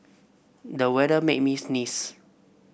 the weather made me sneeze